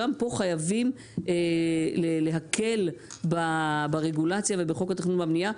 גם פה חייבים להקל ברגולציה ובחוק התכנון והבנייה.